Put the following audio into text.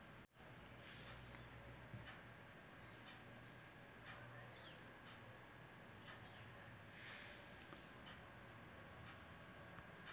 हम अपने खाते में व्यक्तिगत ऋण की पात्रता की जांच कैसे कर सकते हैं?